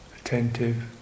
attentive